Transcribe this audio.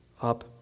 up